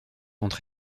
entre